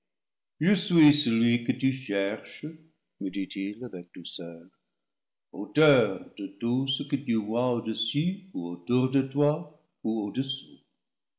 je suis celui que tu cherches me dit-il avec douceur auteur de tout ce que tu vois au-dessus ou autour de toi ou au-dessous